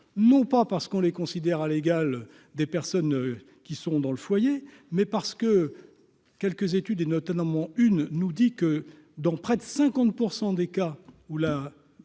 non pas parce qu'on les considère à l'égal des personnes qui sont dans le foyer, mais parce que quelques études et notamment une nous dit que dans près de 50 % des cas où la